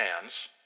hands